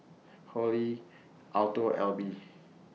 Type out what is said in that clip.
Holli Alto Alby